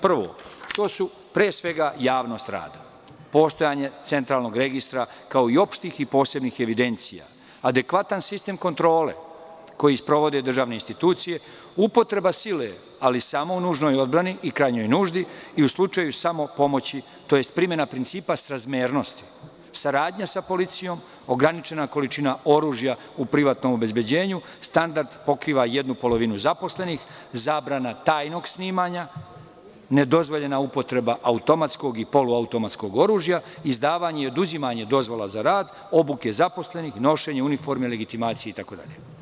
Prvo, to su, pre svega, javnost rada, postojanje centralnog registra, kao i opštih i posebnih evidencija, adekvatan sistem kontrole koji sprovode državne institucije, upotreba sile, ali samo u nužnoj odbrani i krajnjoj nuždi i u slučaju samo pomoći, tj. primena principa srazmernosti, saradnja sa policijom, ograničena količina oružja u privatnom obezbeđenju, standard pokriva jednu polovinu zaposlenih, zabrana tajnog snimanja, nedozvoljena upotreba automatskog i poluautomatskog oružja, izdavanje i oduzimanje dozvola za rad, obuke zaposlenih, nošenje uniforme, legitimacije itd.